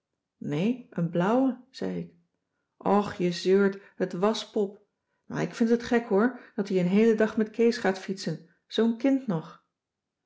nee een blauwe zei ik och je zeurt het wàs pop maar ik vind het gek hoor dat die een heelen dag met kees gaat fietsen zoo'n kind nog